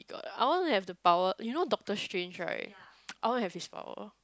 I want to have the power you know Doctor-Strange right I want to have his power